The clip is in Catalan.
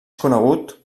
conegut